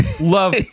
Love